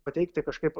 pateikti kažkaip